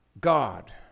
God